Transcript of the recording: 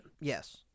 yes